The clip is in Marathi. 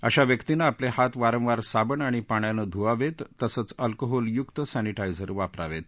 अशा व्यक्तीनं आपले हात वारंवार साबण आणि पाण्यानं धूवावेत तसचं अल्कोहोल युक्त सर्विटायझर वापरावेत